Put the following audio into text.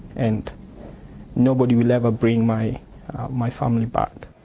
and nobody will ever bring my my family back.